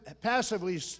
passively